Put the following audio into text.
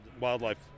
wildlife